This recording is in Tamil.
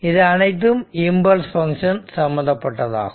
இது அனைத்தும் இம்பல்ஸ் பங்க்ஷன் சம்பந்தப்பட்டதாகும்